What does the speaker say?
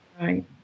Right